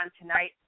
tonight